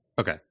Okay